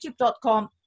youtube.com